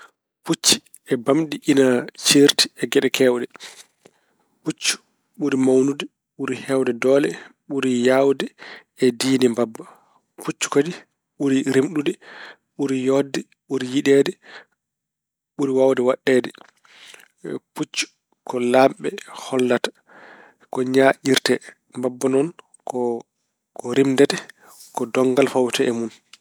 Pucci e bamɗi ina ceerti e geɗe keewɗe. Puccu ɓuri mawnude, ɓuri heewde doole, ɓuri yaawde e diine mbabba. Puccu kadi ɓuri rimɗude, ɓuri yooɗde, ɓuri yiɗeede, ɓuri waawde waɗɗeede. Puccu ko laamɓe hollata, ko ñaaƴirte. Mbabba noon ko rimndete, ko donngal fawetee e mun.